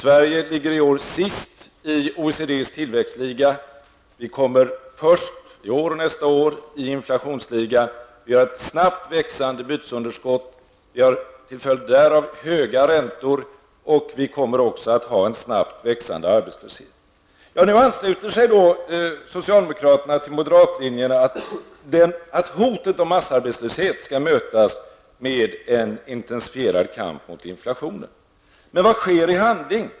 Sverige ligger i år sist i OECDs tillväxtliga och kommer nästa år först i inflationsligan. Vi har ett snabbt växande underskott i bytesbalansen och till följd därav höga räntor, och vi kommer också att få en snabbt växande arbetslöshet. Nu ansluter sig socialdemokraterna till moderaternas linje, att hotet om massarbetslöshet skall mötas med en intensifierad kamp mot inflationen. Men vad sker i handling?